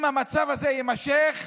אם המצב הזה יימשך,